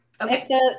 Okay